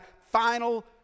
final